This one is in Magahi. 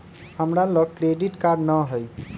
हमरा लग क्रेडिट कार्ड नऽ हइ